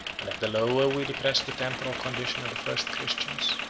and that the lower we depress the temporal condition of the first christians,